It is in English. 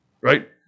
Right